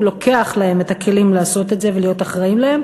הוא לוקח להם את הכלים לעשות את זה ולהיות אחראים לזה,